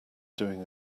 doing